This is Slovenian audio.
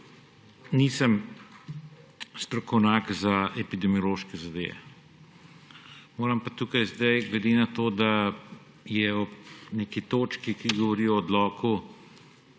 nisem strokovnjak za epidemiološke zadeve. Moram pa tukaj glede na to, da je ob neki točki, ki govori o odloku,